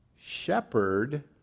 shepherd